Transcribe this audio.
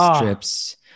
trips